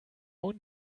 own